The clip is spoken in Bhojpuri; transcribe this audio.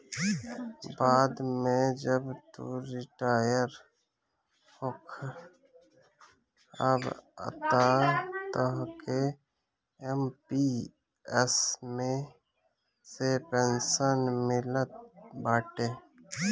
बाद में जब तू रिटायर होखबअ तअ तोहके एम.पी.एस मे से पेंशन मिलत बाटे